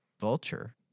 Vulture